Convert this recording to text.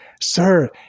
Sir